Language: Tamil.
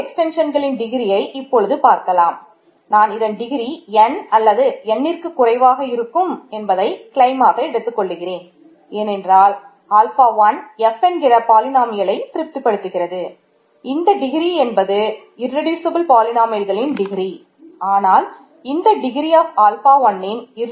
ஒவ்வொரு எக்ஸ்டென்ஷன்களின் ஆகும்